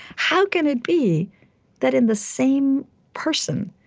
how can it be that in the same person,